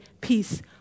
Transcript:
peace